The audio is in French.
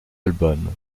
album